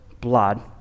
blood